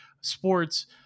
sports